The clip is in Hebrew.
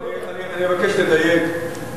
אני אבקש לדייק.